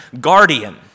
guardian